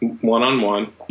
one-on-one